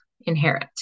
inherit